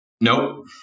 nope